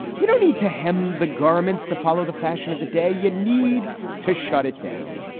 you don't need to him. the garments to follow the fashion of the day, you need to shut it down.